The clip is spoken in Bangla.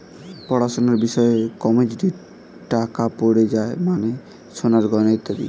পড়াশোনার বিষয়ে কমোডিটি টাকা পড়ে যার মানে সোনার গয়না ইত্যাদি